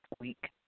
week